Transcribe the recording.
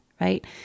right